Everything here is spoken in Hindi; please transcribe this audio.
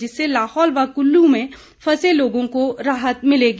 जिससे लाहौल व कुल्लू में फंसे लोगों को राहत मिलेगी